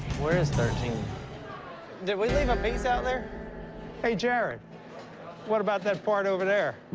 where is thirteen did we leave a piece out there hey jared what about that part over there